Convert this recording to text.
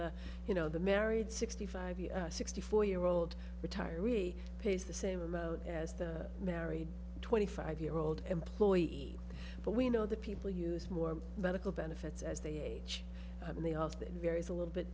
that you know the married sixty five sixty four year old retiree pays the same amount as the married twenty five year old employee but we know that people use more medical benefits as they age and they often varies a little bit